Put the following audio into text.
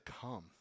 come